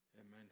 Amen